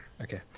Okay